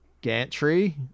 Gantry